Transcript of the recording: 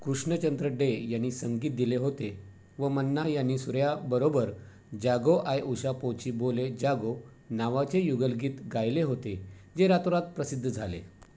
कृष्णचंद्र डे यांनी संगीत दिले होते व मन्ना यांनी सूर्याबरोबर जागो आय उषापोची बोले जागो नावाचे युगलगीत गायले होते जे रातोरात प्रसिद्ध झाले